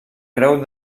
creu